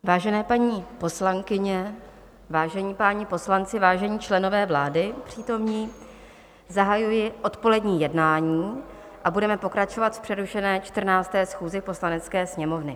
Vážené paní poslankyně, vážení páni poslanci, vážení přítomní členové vlády, zahajuji odpolední jednání a budeme pokračovat v přerušené 14. schůzi Poslanecké sněmovny.